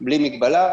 בלי מגבלה.